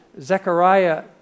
Zechariah